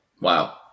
Wow